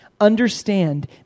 understand